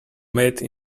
made